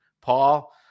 Paul